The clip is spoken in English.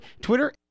Twitter